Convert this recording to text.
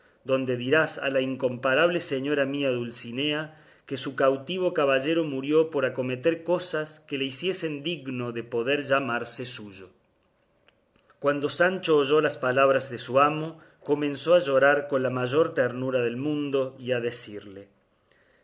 donde dirás a la incomparable señora mía dulcinea que su cautivo caballero murió por acometer cosas que le hiciesen digno de poder llamarse suyo cuando sancho oyó las palabras de su amo comenzó a llorar con la mayor ternura del mundo y a decille